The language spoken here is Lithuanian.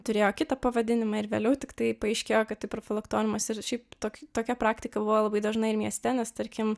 turėjo kitą pavadinimą ir vėliau tiktai paaiškėjo kad profilaktoriumas ir šiaip to tokia praktika labai dažnai ir mieste nes tarkim